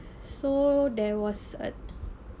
so there was a